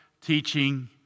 teaching